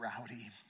rowdy